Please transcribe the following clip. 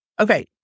Okay